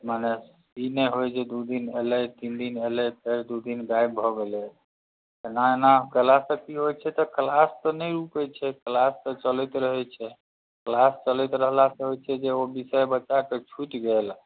मने ई नहि होइ जे दू दिन अयलै तीन दिन अयलै फेर दू दिन गायब भऽ गेलै एना एना केलासँ कि होइ छै क्लास तऽ नहि रुकै छै क्लास तऽ चलैत रहै छै क्लास चलैत रहलासँ होइ छै जे ओ विषय बच्चाके छुटि गेल